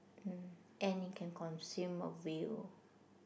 mm and it can consume a whale